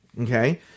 Okay